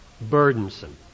burdensome